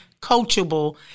coachable